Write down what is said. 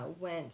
went